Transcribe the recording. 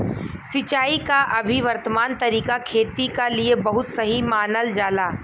सिंचाई क अभी वर्तमान तरीका खेती क लिए बहुत सही मानल जाला